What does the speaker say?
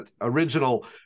original